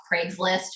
Craigslist